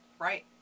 Right